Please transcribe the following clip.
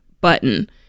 button